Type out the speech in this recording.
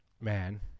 Man